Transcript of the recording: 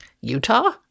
Utah